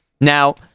Now